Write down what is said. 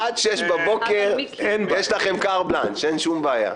עד 06:00 בבוקר יש לכם קארט בלאנש, ואין שום בעיה.